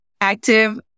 active